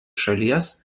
šalies